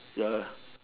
ya ya